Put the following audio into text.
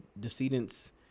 decedent's